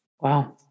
Wow